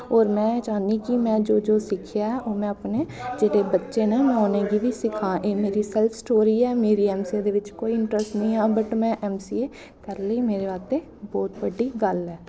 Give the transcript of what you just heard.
होर में एह् चाह्न्नी कि में जो जो सिक्खेआ ऐ ओह् में अपने जेह्ड़े बच्चे न में उ'नेंगी बी सखां एह् मेरी सैल्फ स्टोरी ऐ मेरी ऐम सी ए दे बिच्च कोई इंट्रस्ट निं हा बट में ऐम सी ए करी लेई मेरे बास्तै बौह्त बड्डी गल्ल ऐ